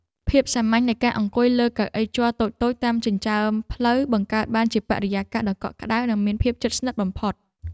ភាពសាមញ្ញនៃការអង្គុយលើកៅអីជ័រតូចៗតាមចិញ្ចើមផ្លូវបង្កើតបានជាបរិយាកាសដ៏កក់ក្តៅនិងមានភាពជិតស្និទ្ធបំផុត។